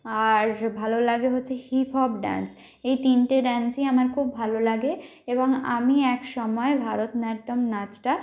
আর ভালো লাগে হচ্ছে হিপ হপ ডান্স এই তিনটে ডান্সই আমার খুব ভালো লাগে এবং আমি একসময় ভারতনাট্যম নাচটা